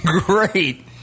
great